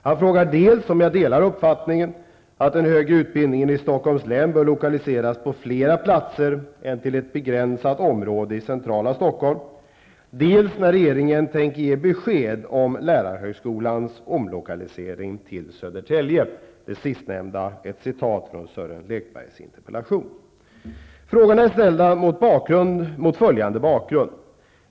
Han frågar dels om jag delar uppfattningen att den högre utbildningen i Stockholms län bör lokaliseras till fler platser än till ett begränsat område i centrala Stockholm, dels när regeringen tänker ge besked om lärarhögskolans Frågorna är ställda mot följande bakgrund.